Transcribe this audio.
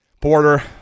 Porter